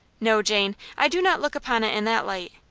no, jane, i do not look upon it in that light.